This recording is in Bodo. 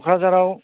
क'क्राझाराव